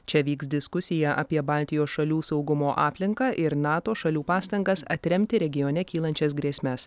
čia vyks diskusija apie baltijos šalių saugumo aplinką ir nato šalių pastangas atremti regione kylančias grėsmes